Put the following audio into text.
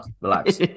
Relax